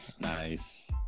Nice